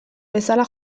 bezala